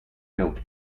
built